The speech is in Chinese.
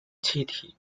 气体